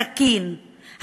הסכין,